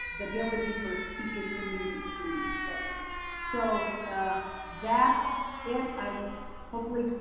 the ability for teachers to meet in students. but so ah that's it. i hopefully